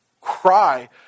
cry